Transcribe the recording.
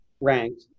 ranked